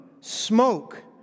smoke